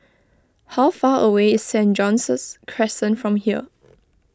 how far away is Saint John's Crescent from here